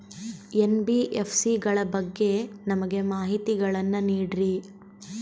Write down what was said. NBFC ಗಳ ಬಗ್ಗೆ ನಮಗೆ ಮಾಹಿತಿಗಳನ್ನ ನೀಡ್ರಿ?